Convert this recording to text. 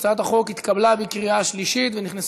הצעת החוק התקבלה בקריאה שלישית ותיכנס